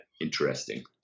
interesting